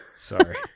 Sorry